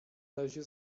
razie